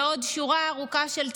ועוד שורה ארוכה של צעדים.